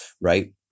right